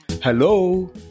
Hello